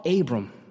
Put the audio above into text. Abram